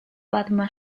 padma